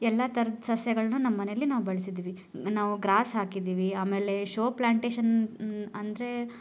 ಎಲ್ಲ ಥರದ ಸಸ್ಯಗಳನ್ನು ನಮ್ಮನೇಲಿ ನಾವು ಬೆಳೆಸಿದ್ದೀವಿ ನಾವು ಗ್ರಾಸ್ ಹಾಕಿದ್ದೀವಿ ಆಮೇಲೆ ಶೋ ಪ್ಲ್ಯಾಂಟೇಷನ್ ಅಂದರೆ